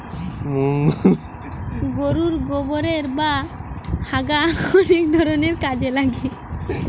গোরুর গোবোর বা হাগা অনেক ধরণের কাজে লাগছে